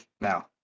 now